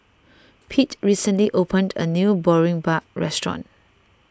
Pete recently opened a new Boribap restaurant